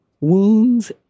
wounds